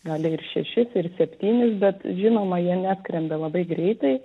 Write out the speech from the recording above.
gali ir šešis ir septynis bet žinoma jie neskrenda labai greitai